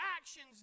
actions